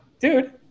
dude